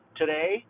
today